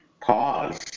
Pause